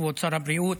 כבוד שר הבריאות,